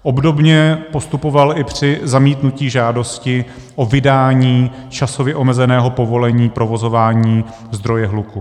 Obdobně postupoval i při zamítnutí žádosti o vydání časově omezeného povolení provozování zdroje hluku.